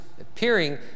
appearing